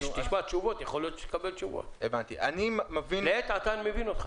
אני מבין אותך